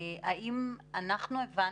אנחנו הבנו,